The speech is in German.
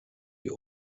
die